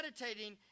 meditating